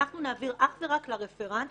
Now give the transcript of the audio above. אנחנו נעביר אך ורק לרפרנט,